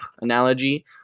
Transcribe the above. analogy